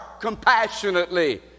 compassionately